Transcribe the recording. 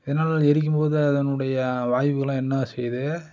இதனால் எரிக்கும் போது அதனுடைய வாய்வுகலாம் என்ன செய்யுது